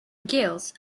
gills